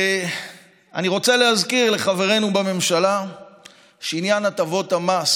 אני רוצה להזכיר לחברינו בממשלה שעניין הטבות המס